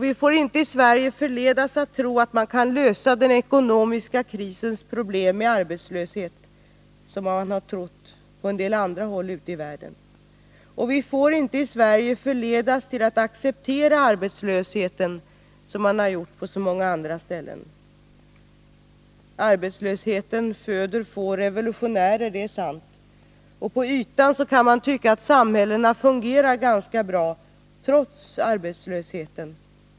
Vi får inte i Sverige förledas tro att vi kan lösa den ekonomiska krisens problem med arbetslöshet, som man har trott på en del håll ute i världen. Och vi får inte i Sverige förledas till att acceptera arbetslösheten, som man har gjort på så många andra ställen. Arbetslösheten föder få revolutionärer — det är sant — och på ytan kan det tyckas att samhällena fungerar ganska bra trots arbetslösheten.